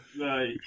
Right